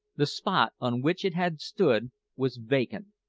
the spot on which it had stood was vacant,